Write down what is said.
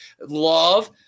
love